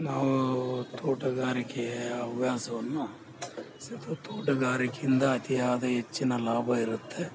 ನಾವು ತೋಟಗಾರಿಕೆ ಹವ್ಯಾಸವನ್ನು ಸ್ವಲ್ಪ ತೋಟಗಾರಿಕೆಯಿಂದ ಅತಿಯಾದ ಹೆಚ್ಚಿನ ಲಾಭ ಇರುತ್ತೆ